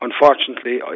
Unfortunately